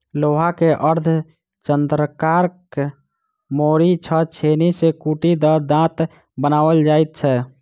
लोहा के अर्धचन्द्राकार मोड़ि क छेनी सॅ कुटि क दाँत बनाओल जाइत छै